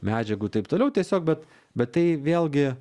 medžiagų taip toliau tiesiog bet bet tai vėlgi